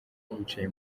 yicaye